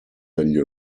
agli